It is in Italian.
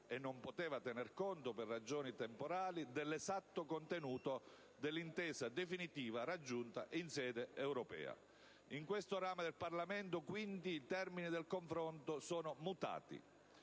(e non poteva tenerne conto per ragioni temporali) dell'esatto contenuto dell'intesa definitiva raggiunta in sede europea. In questo ramo del Parlamento, quindi, i termini del confronto sono mutati.